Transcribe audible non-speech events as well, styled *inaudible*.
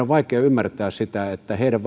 *unintelligible* on vaikea ymmärtää sitä että heidän *unintelligible*